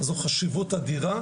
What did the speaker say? זו חשיבות אדירה.